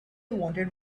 wanted